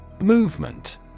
Movement